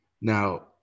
now